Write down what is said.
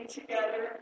together